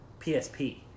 PSP